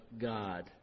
God